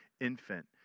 infant